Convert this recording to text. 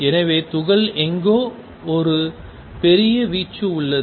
எனவே துகள் எங்கோ ஒரு பெரிய வீச்சு உள்ளது